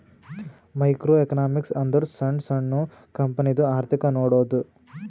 micro economics ಅಂದುರ್ ಸಣ್ಣು ಸಣ್ಣು ಕಂಪನಿದು ಅರ್ಥಿಕ್ ನೋಡದ್ದು